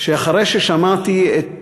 שאחרי ששמעתי את